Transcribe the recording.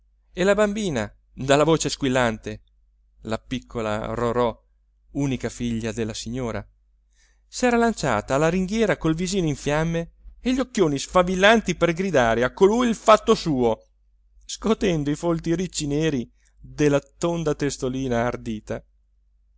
e la bambina dalla voce squillante la piccola rorò unica figlia della signora s'era lanciata alla ringhiera col visino in fiamme e gli occhioni sfavillanti per gridare a colui il fatto suo scotendo i folti ricci neri della tonda testolina ardita